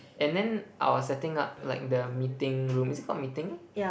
and then I was setting up like the meeting room is it called meeting